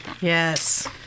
Yes